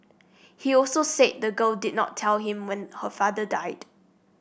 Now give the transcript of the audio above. he also said the girl did not tell him when her father died